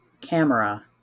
camera